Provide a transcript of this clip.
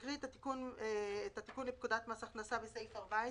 נקרא את התיקון לפקודת מס הכנסה בסעיף 14,